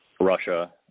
Russia